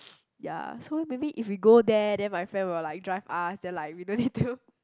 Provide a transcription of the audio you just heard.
ya so maybe if we go there then my friend will like drive us then like we don't need to